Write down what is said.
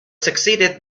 succeeded